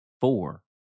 Four